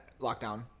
lockdown